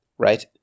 Right